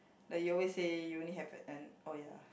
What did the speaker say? like you always say you only have a end orh ya